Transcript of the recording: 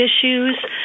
issues